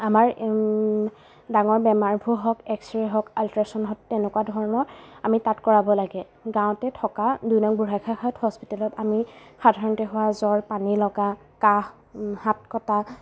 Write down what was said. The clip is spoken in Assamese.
আমাৰ ডাঙৰ বেমাৰবোৰ হওক এক্স ৰে হওক আল্ট্ৰাছাউণ্ড হওক তেনেকুৱা ধৰণৰ আমি তাত কৰাব লাগে গাঁৱতে থকা দুই নং বুঢ়াগোঁসাইখাট হস্পিটেলত আমি সাধাৰণতে হোৱা জ্বৰ পানীলগা কাহ হাট কটা